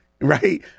right